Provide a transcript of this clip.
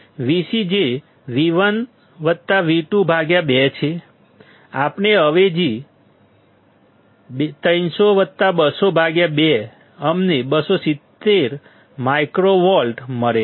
Vc જે V1V22 છે આપણે અવેજી 3002002 છે અમને 270 માઇક્રોવોલ્ટ મળે છે